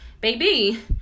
baby